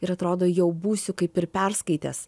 ir atrodo jau būsiu kaip ir perskaitęs